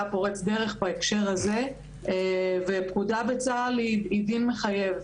פורץ דרך בהקשר הזה ופקודה בצה"ל היא דין מחייב.